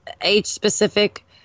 age-specific